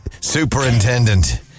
Superintendent